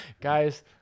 guys